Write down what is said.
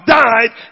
died